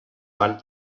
fan